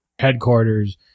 headquarters